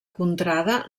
contrada